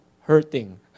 hurting